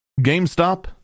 GameStop